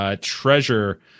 treasure –